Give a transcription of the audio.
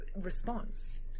response